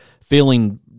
feeling